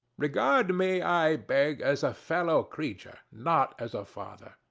regard me, i beg, as a fellow creature, not as a father.